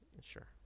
Sure